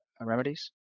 remedies